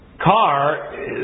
car